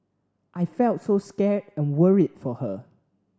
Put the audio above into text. I felt so scared and worried for her